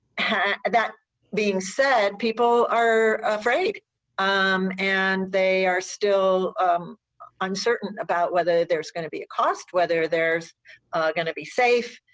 that being said, people are afraid um and they are still uncertain about whether there's going to be a cost, whether they're going to be safe,